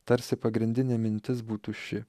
tarsi pagrindinė mintis būtų ši